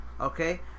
Okay